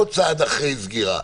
לא צעד אחרי סגירה,